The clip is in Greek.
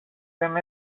δεν